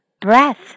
breath